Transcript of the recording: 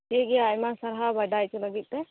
ᱴᱷᱤᱠ ᱜᱮᱭᱟ ᱟᱭᱢᱟ ᱥᱟᱨᱦᱟᱣ ᱵᱟᱰᱟᱭ ᱪᱚ ᱞᱟᱜᱤᱫ ᱛᱮ